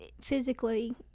physically